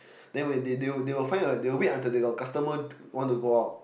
they will they they they will find or they wait until the customer want to go out